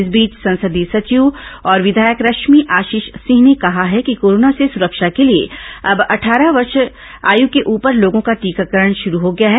इस बीच संसदीय सचिव और विधायक रश्मी आशीष सिंह ने कहा है कि कोरोना से सुरक्षा के लिए अब अट्ठारह वर्ष आयु के ऊपर लोगों का टीकाकरण शुरू हो गया है